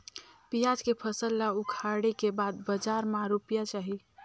पियाज के फसल ला उखाड़े के बाद बजार मा रुपिया जाही?